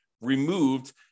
removed